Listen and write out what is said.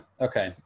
Okay